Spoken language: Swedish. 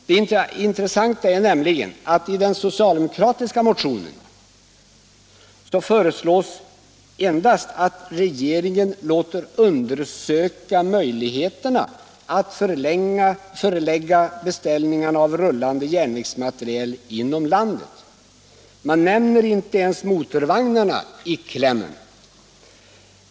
Det intressanta är nämligen att i den socialdemokratiska motionen föreslås endast att regeringen låter undersöka möjligheterna att förlägga beställningarna av rullande järnvägsmateriel inom landet. Där nämns inte ens motorvagnarna i klämmen.